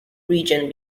region